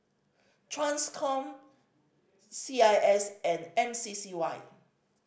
Transcom C I S and M C C Y